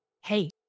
Hey